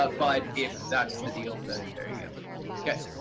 ah but if that's the deal, then there you go. okay,